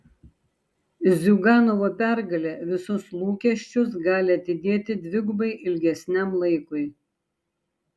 ziuganovo pergalė visus lūkesčius gali atidėti dvigubai ilgesniam laikui